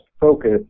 focus